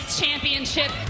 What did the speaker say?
championship